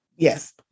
Yes